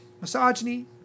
misogyny